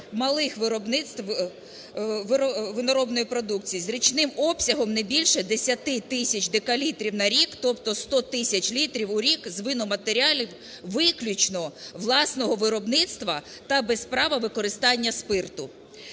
малих виробництв виноробної продукції з річним обсягом не більше 10 тисяч декалітрів на рік, тобто 100 тисяч літрів у рік з виноматеріалів виключно власного виробництва та без права використання спирту.